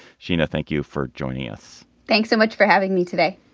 sheena, thank you for joining us thanks so much for having me today